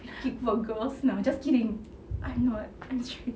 I kick for girls nah I'm just kidding I'm not I'm straight